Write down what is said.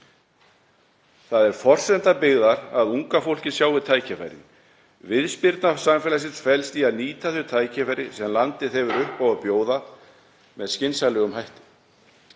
Það er forsenda byggðar að unga fólkið sjái tækifærin. Viðspyrna samfélagsins felst í að nýta þau tækifæri sem landið hefur upp á að bjóða með skynsamlegum hætti.